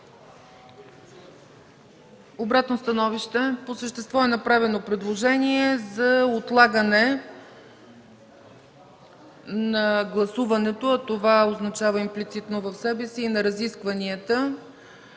ЦЕЦКА ЦАЧЕВА: По същество е направено предложение за отлагане на гласуването, а това означава имплицитно за себе си и разискванията